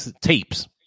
tapes